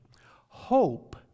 Hope